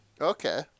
Okay